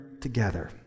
together